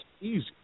easy